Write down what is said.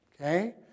Okay